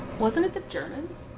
wasn't it the germans?